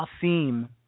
theme